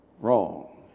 wrong